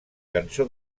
cançó